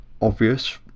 obvious